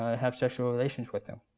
ah have sexual relations with them.